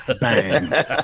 bang